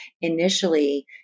initially